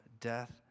death